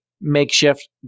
makeshift